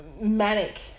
Manic